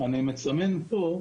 אני מסמן פה,